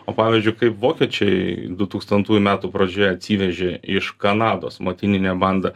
o pavyzdžiui kaip vokiečiai du tūkstantųjų metų pradžioje atsivežė iš kanados motininę bandą